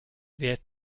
wer